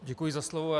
Děkuji za slovo.